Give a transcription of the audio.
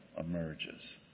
emerges